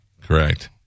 Correct